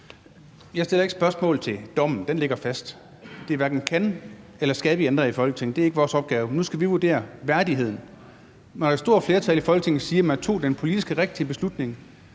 Jeg stiller ikke spørgsmål til dommen. Den ligger fast. Det hverken kan eller skal vi ændre i Folketinget; det er ikke vores opgave. Nu skal vi vurdere værdigheden. Et stort flertal i Folketinget siger, at man tog den politisk rigtige beslutning,